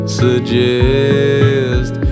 suggest